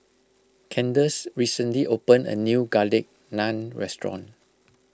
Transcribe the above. Kandace recently opened a new Garlic Naan restaurant